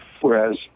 Whereas